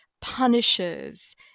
punishes